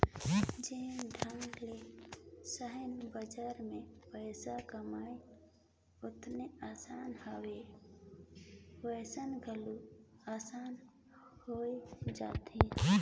जेन ढंग ले सेयर बजार में पइसा कमई ओतना असान हवे वइसने घलो असान होए जाथे